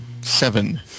seven